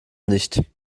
nicht